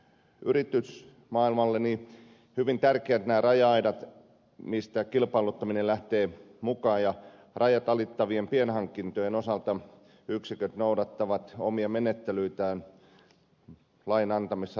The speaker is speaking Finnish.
nämä ovat yritysmaailmalle hyvin tärkeät nämä raja aidat mistä kilpailuttaminen lähtee ja rajat alittavien pienhankintojen osalta yksiköt noudattavat omia menettelyitään lain antamissa rajoissa